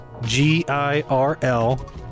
G-I-R-L